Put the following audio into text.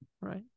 right